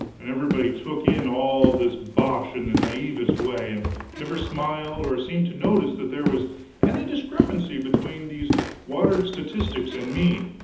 and everybody took in all this bosh in the naivest way, and never smiled or seemed to notice that there was any discrepancy between these watered statistics and me.